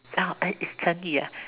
oh it's 成语 ah